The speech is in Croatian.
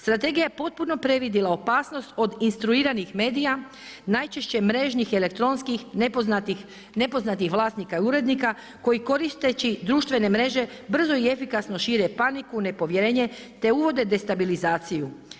Strategija je potpuno previdila opasnost od instruiranih medija, najčešće mrežnih i elektronskih, nepoznatih vlasnika i urednika koji koristeći društvene mreže, brzo i efikasno šire paniku, nepovjerenje, te uvode destabilizaciju.